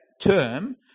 term